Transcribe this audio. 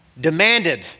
demanded